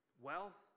wealth